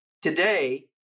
Today